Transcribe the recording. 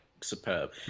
superb